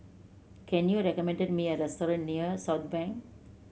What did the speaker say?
can you recommend me a restaurant near Southbank